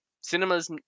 cinemas